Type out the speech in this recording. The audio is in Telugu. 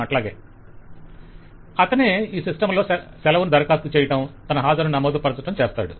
వెండర్ అతనే ఈ సిస్టం లో సెలవు దరఖాస్తు చెయ్యడం తన హాజరు నమోదు పరచటం చేస్తాడు